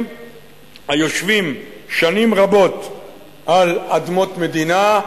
היושבים שנים רבות על אדמות מדינה,